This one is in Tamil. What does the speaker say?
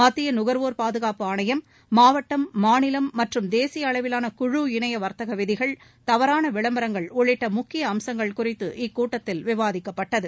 மத்திய நுகர்வோர் பாதுகாப்பு ஆணையம் மாவட்டம் மாநிலம் மற்றும் தேசிய அளவிலான குழு இணைய வர்த்தக விதிகள் தவறான விளம்பரங்கள் உள்ளிட்ட முக்கிய அம்சங்கள் குறித்து இக்கூட்டத்தில் விவாதிக்கப்பட்டது